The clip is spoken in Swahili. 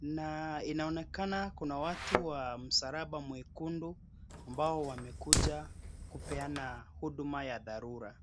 na inaonekana kuna watu wa msalaba mwekundu ambao wamekuja kupeana huduma ya dharura.